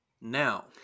now